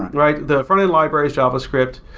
right? the front-end library is javascript,